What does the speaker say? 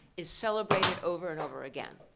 is celebrated over and over again.